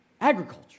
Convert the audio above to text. agriculture